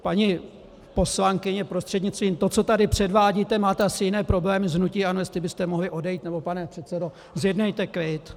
Paní poslankyně, prostřednictvím, to, co tady převádíte, máte asi jiné problémy z hnutí ANO, jestli byste mohly odejít, nebo pane předsedo, zjednejte klid.